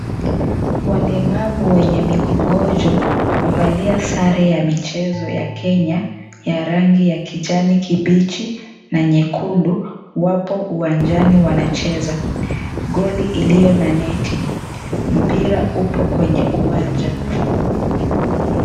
Walemavu wenye mikongojo wamevalia sare ya michezo ya Kenya ya rangi ya kijani kibichi na nyekundu wapo uwanjani wanacheza, goli iliyo na neti mpira upo kwenye uwanja.